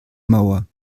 mauer